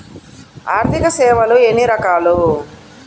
ఆర్థిక సేవలు ఎన్ని రకాలు?